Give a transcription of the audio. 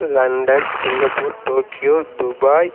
London Singapore Tokyo Dubai